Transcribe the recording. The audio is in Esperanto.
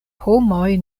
homoj